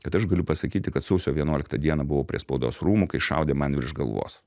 kad aš galiu pasakyti kad sausio vienuoliktą dieną buvau prie spaudos rūmų kai šaudė man virš galvos